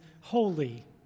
holy